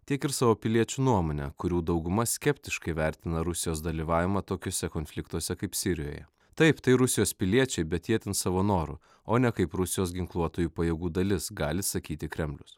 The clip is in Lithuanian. tiek ir savo piliečių nuomone kurių dauguma skeptiškai vertina rusijos dalyvavimą tokiuose konfliktuose kaip sirijoje taip tai rusijos piliečiai bet jie ten savo noru o ne kaip rusijos ginkluotųjų pajėgų dalis gali sakyti kremlius